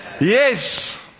Yes